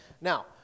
Now